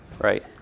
Right